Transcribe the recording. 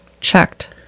checked